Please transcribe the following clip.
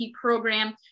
program